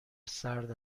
سرد